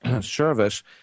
service